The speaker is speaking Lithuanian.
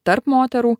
tarp moterų